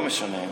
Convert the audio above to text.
לא משנה.